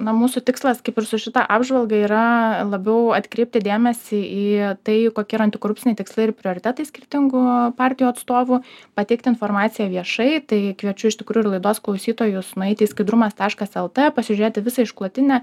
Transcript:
na mūsų tikslas kaip ir su šita apžvalga yra labiau atkreipti dėmesį į tai kokie yra antikorupciniai tikslai ir prioritetai skirtingų partijų atstovų pateikti informaciją viešai tai kviečiu iš tikrųjų ir laidos klausytojus nueiti į skaidrumas taškas lt pasižiūrėti visą išklotinę